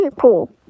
cool